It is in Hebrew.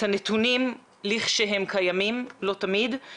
את הנתונים כאשר הם קיימים ולא תמיד הם קיימים.